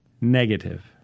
negative